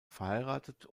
verheiratet